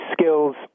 skills